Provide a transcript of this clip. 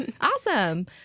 Awesome